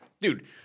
dude